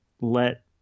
let